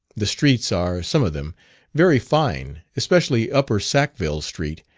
the streets are some of them very fine, especially upper sackville street,